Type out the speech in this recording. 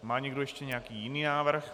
Má někdo ještě nějaký jiný návrh?